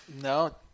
no